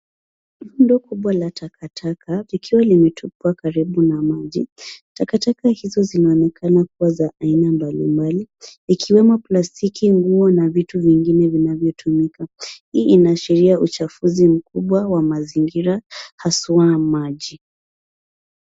Rundo kubwa la takataka vikiwa limetupwa karibu na maji. Takataka hizo zinaonekana kuwa za aina mbalimbali ikiwemo plastiki, nguo na vitu vingine vinavyotumika. Hii inaashiria uchafuzi mkubwa wa mazingira haswa maji.